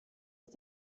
ist